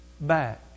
back